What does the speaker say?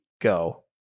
go